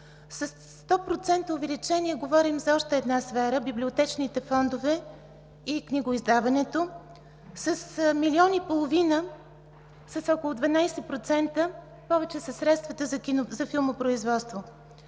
100% увеличение говорим за още една сфера – библиотечните фондове и книгоиздаването. С милион и половина, с около 12% повече са средствата за филмопроизводство.